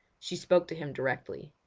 she spoke to him directly.